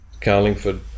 Carlingford